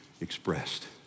expressed